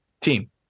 team